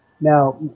Now